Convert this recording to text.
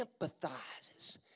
empathizes